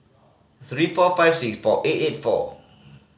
three four five six four eight eight four